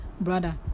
brother